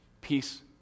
Peace